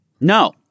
No